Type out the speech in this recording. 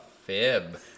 fib